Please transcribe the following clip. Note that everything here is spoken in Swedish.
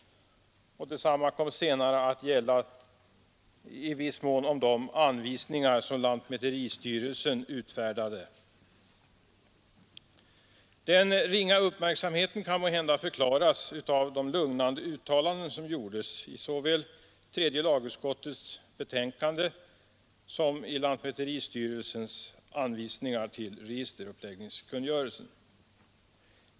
Detsamma kom senare att gälla i viss mån om de anvisningar som lantmäteristyrelsen utfärdade. Den ringa uppmärksamheten kan måhända förklaras av de lugnande uttalanden som gjordes såväl i tredje lagutskottets betänkande som i lantmäteristyrelsens anvisningar till registeruppläggningskungörelsen.